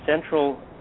central